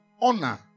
honor